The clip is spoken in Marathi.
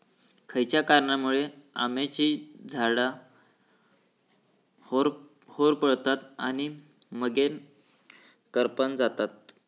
खयच्या कारणांमुळे आम्याची झाडा होरपळतत आणि मगेन करपान जातत?